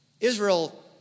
Israel